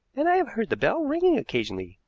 and i have heard the bell ringing occasionally.